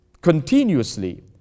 continuously